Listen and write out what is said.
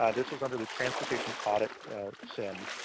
ah this was under the transportation audit sin.